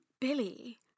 Billy